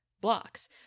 blocks